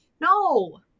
no